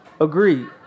agreed